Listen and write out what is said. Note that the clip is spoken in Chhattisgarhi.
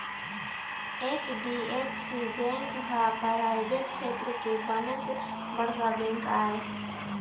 एच.डी.एफ.सी बेंक ह पराइवेट छेत्र के बनेच बड़का बेंक आय